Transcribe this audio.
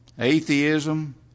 Atheism